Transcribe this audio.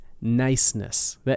Niceness